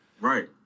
Right